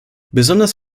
besonders